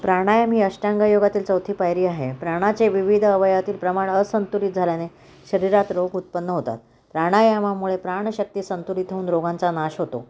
प्राणायाम ही अष्टांग योगातील चौथी पायरी आहे प्राणाचे विविध अवयवातील प्रमाण असंतुलित झाल्याने शरीरात रोग उत्पन्न होतात प्राणायामामुळे प्राणशक्ती संतुलित होऊन रोगांचा नाश होतो